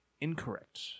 Incorrect